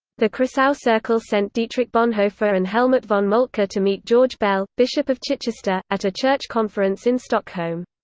the kreisau circle sent dietrich bonhoeffer and helmut von moltke to meet george bell, bishop of chichester, at a church conference in stockholm.